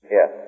Yes